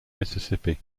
mississippi